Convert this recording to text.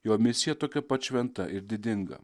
jo misija tokia pat šventa ir didinga